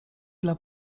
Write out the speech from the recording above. dla